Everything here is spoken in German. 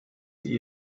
sie